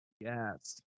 Yes